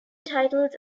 titles